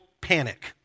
panic